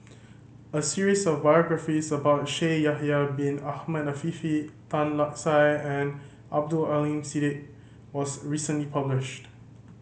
a series of biographies about Shaikh Yahya Bin Ahmed Afifi Tan Lark Sye and Abdul Aleem Siddique was recently published